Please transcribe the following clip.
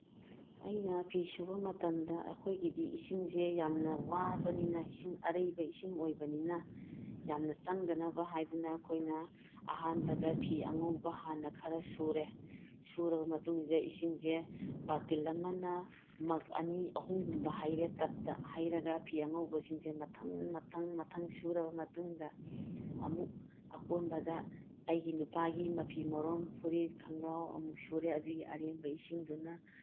ꯑꯩꯅ ꯐꯤ ꯁꯨꯕ ꯃꯇꯝꯗ ꯑꯩꯈꯣꯏꯒꯤꯗꯤ ꯏꯁꯤꯡꯁꯦ ꯌꯥꯝꯅ ꯋꯥꯕꯅꯤꯅ ꯏꯁꯤꯡ ꯑꯔꯩꯕ ꯏꯁꯤꯡ ꯑꯣꯏꯕꯅꯤꯅ ꯌꯥꯝꯅ ꯆꯪꯗꯅꯕ ꯍꯥꯏꯗꯨꯅ ꯑꯩꯈꯣꯏꯅ ꯑꯍꯥꯟꯕꯗ ꯐꯤ ꯑꯉꯧꯕ ꯍꯥꯟꯅ ꯈꯔ ꯁꯨꯔꯦ ꯁꯨꯔꯕ ꯃꯇꯨꯡꯁꯤꯗ ꯏꯁꯤꯡꯁꯦ ꯕꯥꯜꯇꯤꯟ ꯑꯃꯅ ꯃꯒ ꯑꯅꯤ ꯑꯍꯨꯝꯒꯨꯝꯕ ꯍꯩꯔꯦ ꯇꯞꯇ ꯍꯩꯔꯒ ꯐꯤ ꯑꯉꯧꯕꯁꯤꯡꯁꯦ ꯃꯊꯪ ꯃꯊꯪ ꯃꯊꯪ ꯁꯨꯔꯕ ꯃꯇꯨꯡꯗ ꯑꯃꯨꯛ ꯑꯀꯣꯟꯕꯗ ꯑꯩꯒꯤ ꯅꯨꯄꯥꯒꯤ ꯃꯐꯤ ꯃꯔꯣꯟ ꯐꯨꯔꯤꯠ ꯈꯣꯡꯒ꯭ꯔꯥꯎ ꯑꯃꯨꯛ ꯁꯨꯔꯦ ꯑꯗꯨꯒꯤ ꯑꯔꯦꯝꯕ ꯏꯁꯤꯡꯗꯨꯅ